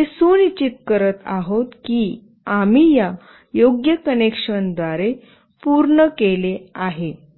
तर आम्ही हे सुनिश्चित करत आहोत की आम्ही या योग्य कनेक्शनद्वारे पूर्ण केले आहेत